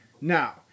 Now